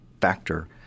factor